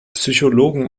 psychologen